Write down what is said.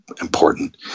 important